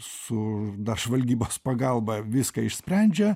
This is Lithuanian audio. su žvalgybos pagalba viską išsprendžia